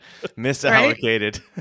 Misallocated